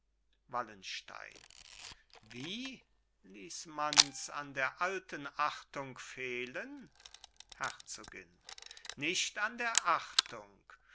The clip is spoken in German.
wallenstein wie ließ mans an der alten achtung fehlen herzogin nicht an der achtung